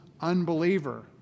unbeliever